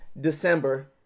December